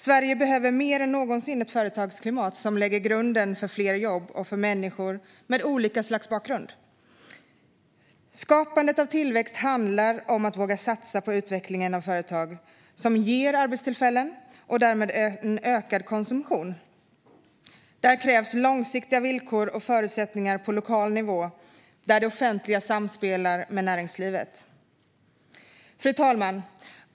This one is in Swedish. Sverige behöver mer än någonsin ett företagsklimat som lägger grunden för fler jobb och för människor med olika slags bakgrund. Skapandet av tillväxt handlar om att våga satsa på utvecklingen av företag som ger arbetstillfällen och därmed en ökad konsumtion. Här krävs långsiktiga villkor och förutsättningar på lokal nivå där det offentliga samspelar med näringslivet. Fru talman!